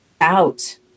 out